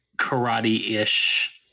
karate-ish